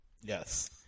Yes